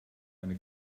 eine